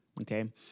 okay